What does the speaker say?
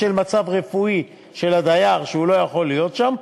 בשל מצב רפואי של הדייר שבגינו הוא לא יכול להיות שם,